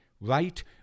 Right